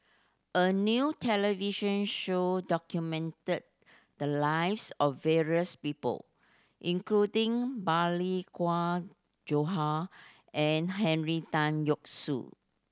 a new television show documented the lives of various people including Balli Kaur Jaswal and Henry Tan Yoke See